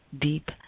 Deep